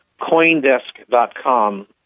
Coindesk.com